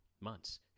months